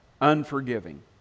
unforgiving